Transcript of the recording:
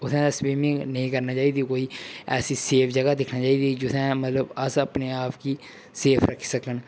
उत्थैं स्वीमिंग नेईं करने चाहिदी कोई ऐसी सेफ जगह दिक्खनी चाहिदी जिथें मतलब अस अपने आप गी सेफ रक्खी सकन